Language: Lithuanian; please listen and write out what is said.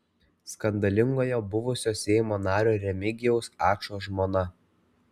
skandalingojo buvusio seimo nario remigijaus ačo žmona